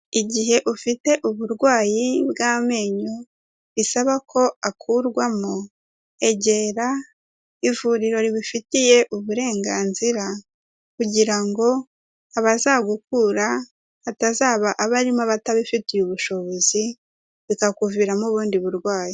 Igihe ufite uburwayi bw'amenyo isaba ko akurwamo, egera ivuriro ribifitiye uburenganzira kugira ngo abazagukura atazaba aba arimo abatabifitiye ubushobozi, bikakuviramo ubundi burwayi.